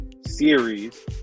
series